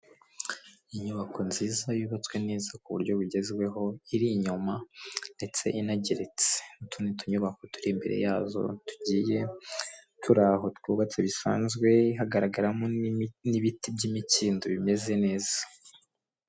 Inyubako nziza yubatswe neza ku buryo bugezweho, iri inyuma ndetse inageretse n'utundi tunyubako turi imbere yazo tugiye turi aho twubatse bisanzwe hagaragaramo n'ibiti by'imikindo bimeze neza.